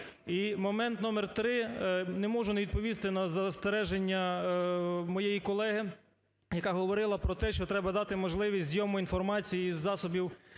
І момент номер три. Не можу не відповісти на застереження моєї колеги, яка говорила про те, що треба дати можливість зйому інформації із засобів